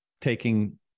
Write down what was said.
taking